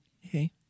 Hey